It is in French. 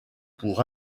pour